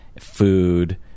food